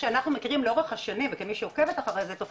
כאשר אני שמעתי על הגילאים אני מודה שהופתעתי ולכן גם רציתי שתשאל